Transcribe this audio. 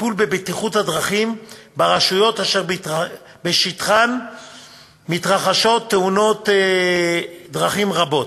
בטיפול בבטיחות בדרכים ברשויות אשר בשטחן מתרחשות תאונות דרכים רבות.